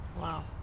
Wow